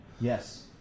Yes